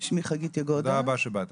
תודה רבה שבאת.